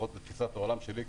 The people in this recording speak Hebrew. לפחות בתפיסת העולם שלי,